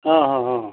অঁ অঁ অঁ